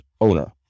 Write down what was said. owner